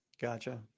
Gotcha